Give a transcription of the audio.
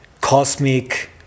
cosmic